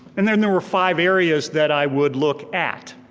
and then there were five areas that i would look at,